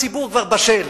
הציבור כבר בשל